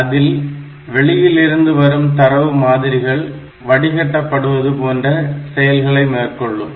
அதில் வெளியில் இருந்து வரும் தரவு மாதிரிகள் வடிகட்டபடுவது போன்ற செயல்களை மேற்கொள்ளும்